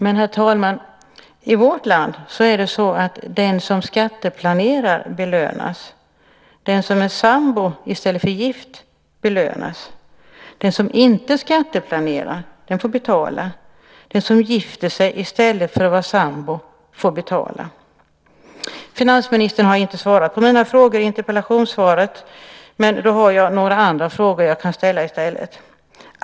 Men, herr talman, i vårt land belönas den som skatteplanerar. Den som är sambo i stället för gift belönas. Den som inte skatteplanerar får betala. Den som gifter sig i stället för att vara sambo får betala. Finansministern har i interpellationssvaret inte svarat på mina frågor, men jag har några andra frågor som jag kan ställa i stället.